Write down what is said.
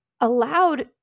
allowed